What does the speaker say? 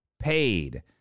paid